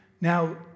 Now